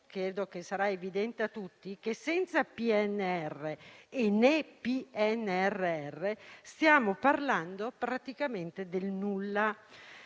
È invece evidente a tutti che senza PNR e PNRR stiamo parlando praticamente del nulla.